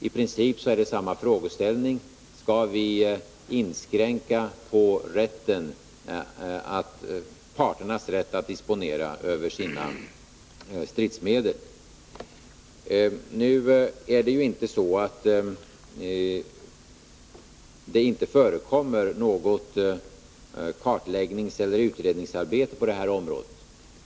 I princip är det samma frågeställning: Skall vi inkräkta på parternas rätt att disponera över sina stridsmedel? Det är ju inte så att det inte förekommer något kartläggningseller utredningsarbete på detta område.